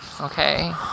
Okay